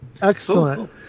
Excellent